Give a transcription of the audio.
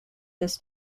this